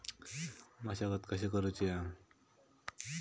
मशागत कशी करूची हा?